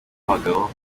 abagabo